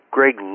Greg